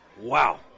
Wow